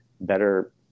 better